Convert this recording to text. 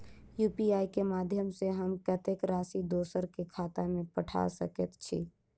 UPI केँ माध्यम सँ हम कत्तेक राशि दोसर केँ खाता मे पठा सकैत छी?